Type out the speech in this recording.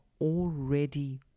already